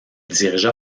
dirigea